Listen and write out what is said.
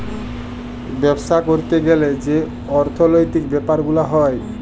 বাপ্সা ক্যরতে গ্যালে যে অর্থলৈতিক ব্যাপার গুলা হ্যয়